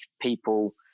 people